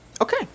Okay